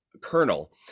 kernel